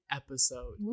episode